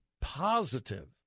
positive